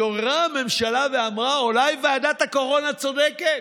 התעוררה הממשלה ואמרה: אולי ועדת הקורונה צודקת.